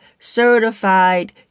Certified